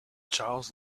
charles